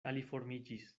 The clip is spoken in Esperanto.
aliformiĝis